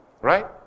Right